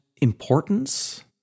importance